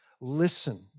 Listen